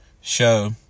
show